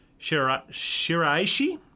Shiraishi